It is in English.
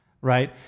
right